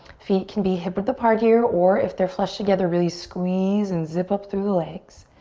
feet can be hip width apart here or if they're flush together, really squeeze and zip up through the legs.